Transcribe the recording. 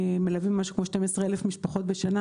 מלווים משהו כמו 12,000 משפחות בשנה,